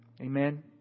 Amen